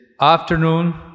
afternoon